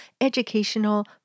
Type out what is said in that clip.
educational